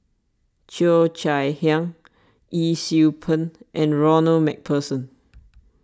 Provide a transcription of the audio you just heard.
Cheo Chai Hiang Yee Siew Pun and Ronald MacPherson